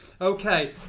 Okay